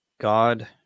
god